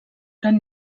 gran